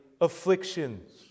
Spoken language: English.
afflictions